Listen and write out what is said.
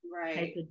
Right